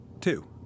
two